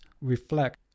reflect